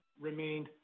remained